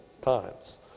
times